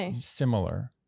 similar